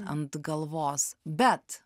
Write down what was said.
ant galvos bet